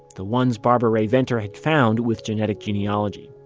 the ones barbara rae-venter had found with genetic genealogy.